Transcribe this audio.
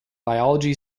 biology